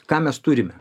ką mes turime